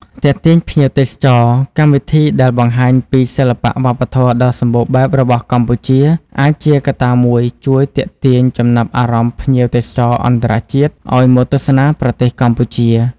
ទាក់ទាញភ្ញៀវទេសចរ កម្មវិធីដែលបង្ហាញពីសិល្បៈវប្បធម៌ដ៏សម្បូរបែបរបស់កម្ពុជា អាចជាកត្តាមួយជួយទាក់ទាញចំណាប់អារម្មណ៍ភ្ញៀវទេសចរអន្តរជាតិឱ្យមកទស្សនាប្រទេសកម្ពុជា។